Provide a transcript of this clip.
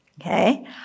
Okay